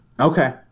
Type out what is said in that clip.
Okay